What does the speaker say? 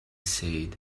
said